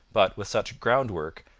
but, with such a groundwork,